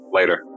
later